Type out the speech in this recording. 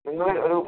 നിങ്ങള് ഒരു